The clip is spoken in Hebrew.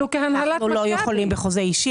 אנחנו לא יכולים בחוזה אישי,